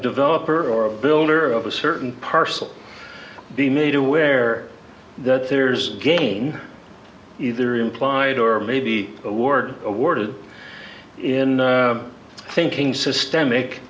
developer or a builder of a certain parcel be made aware that there's again either implied or maybe award awarded in thinking systemic